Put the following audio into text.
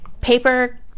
paper